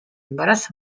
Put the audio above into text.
embarazo